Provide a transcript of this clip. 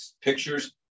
pictures